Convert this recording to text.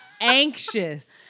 Anxious